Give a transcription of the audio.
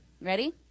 ready